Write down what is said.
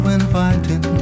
inviting